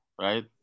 right